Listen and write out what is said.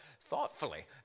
thoughtfully